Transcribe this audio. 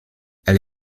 elle